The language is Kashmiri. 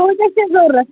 کۭتیاہ چھِ ضوٚرَتھ